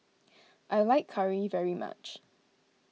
I like Curry very much